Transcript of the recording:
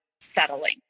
settling